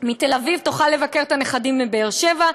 מתל-אביב תוכל לבקר את הנכדים בבאר-שבע,